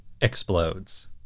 explodes